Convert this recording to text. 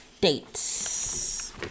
dates